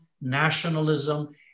nationalism